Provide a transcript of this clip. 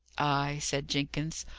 ay, said jenkins,